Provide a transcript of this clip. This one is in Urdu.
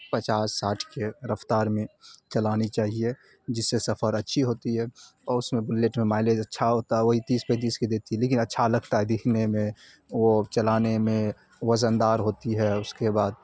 پچاس ساٹھ کے رفتار میں چلانی چاہیے جس سے سفر اچھی ہوتی ہے اور اس میں بلیٹ میں مائلیج اچھا ہوتا ہے وہی تیس پینتیس کی دیتی ہے لیکن اچھا لگتا ہے دکھنے میں وہ چلانے میں وزن دار ہوتی ہے اس کے بعد